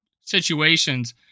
situations